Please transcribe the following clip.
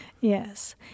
yes